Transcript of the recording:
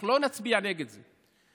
אנחנו לא נצביע נגד זה,